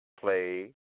play